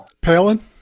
Palin